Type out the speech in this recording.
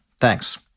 thanks